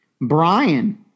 Brian